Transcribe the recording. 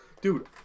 Dude